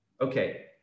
Okay